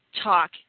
talk